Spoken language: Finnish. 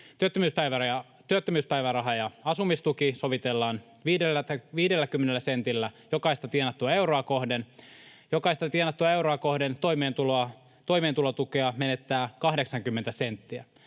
Työttömyyspäiväraha ja asumistuki sovitellaan 50 sentillä jokaista tienattua euroa kohden. Jokaista tienattua euroa kohden toimeentulotukea menettää 80 senttiä.